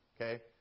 okay